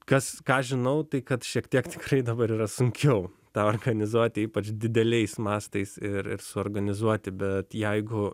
kas ką žinau tai kad šiek tiek tikrai dabar yra sunkiau tą organizuoti ypač dideliais mastais ir ir suorganizuoti bet jeigu